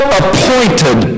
appointed